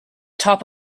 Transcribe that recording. top